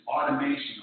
automation